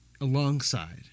Alongside